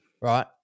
right